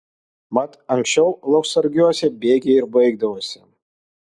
mat anksčiau lauksargiuose bėgiai ir baigdavosi